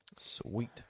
Sweet